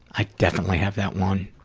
i definitely have that one.